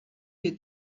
you